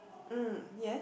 mm yes